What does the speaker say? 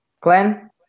Glenn